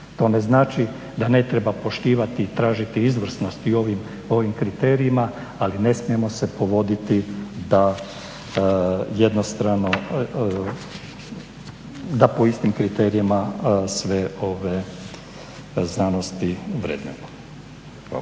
To ne znači da ne treba poštivati i tražiti izvrsnost i u ovom kriterijima ali ne smijemo se povoditi da po istim kriterijima sve ove znanosti vrednujemo. Hvala.